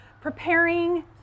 preparing